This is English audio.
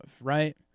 right